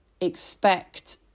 expect